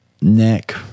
neck